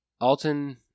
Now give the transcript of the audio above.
Alton